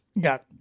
got